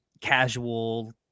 casual